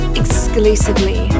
exclusively